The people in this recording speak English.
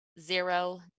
zero